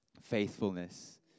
faithfulness